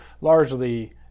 largely